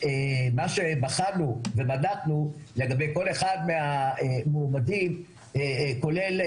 למה שבחנו ובדקנו לגבי כל אחד מהמועמדים כולל